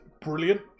brilliant